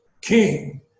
king